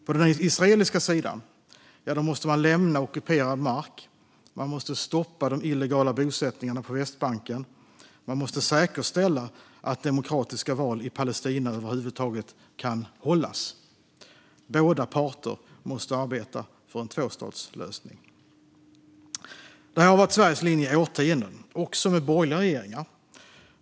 På den israeliska sidan måste man lämna ockuperad mark, stoppa de illegala bosättningarna på Västbanken och säkerställa att demokratiska val i Palestina över huvud taget kan hållas. Båda parter måste arbeta för en tvåstatslösning. Detta har varit Sveriges linje i årtionden, också med borgerliga regeringar.